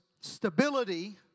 stability